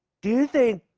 do you think.